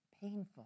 painful